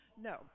no